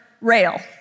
rail